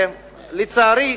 לצערי,